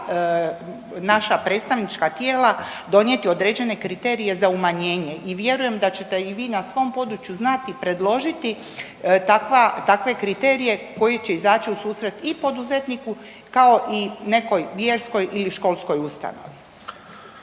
naša predstavnička tijela donijeti određene kriterije za umanjenje i vjerujem da ćete i vi na svom području znati predložiti takva, takve kriterije koji će izaći u susret i poduzetniku kao i nekoj vjerskoj ili školskoj ustanovi.